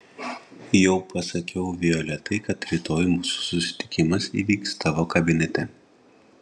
jau pasakiau violetai kad rytoj mūsų susitikimas įvyks tavo kabinete